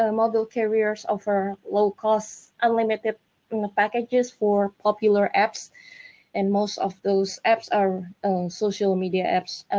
ah mobile carriers offer low-cost unlimited packages for popular apps and most of those apps are social media apps.